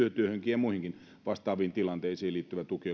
yötyöhön ja muihinkin vastaaviin tilanteisiin liittyvä tuki